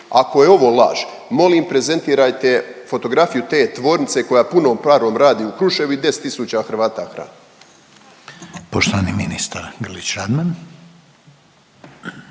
Ako je ovo laž, molim prezentirajte fotografiju te tvornice koja punom parom radi u Kruševu i 10 tisuća Hrvata hrani.